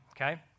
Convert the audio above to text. okay